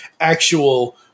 actual